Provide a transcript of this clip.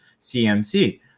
CMC